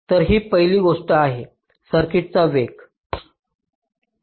तर ही पहिली गोष्ट आहे सर्किटला वेग